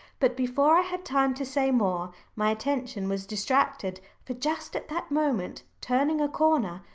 but before i had time to say more, my attention was distracted. for just at that moment, turning a corner,